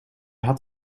had